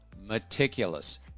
meticulous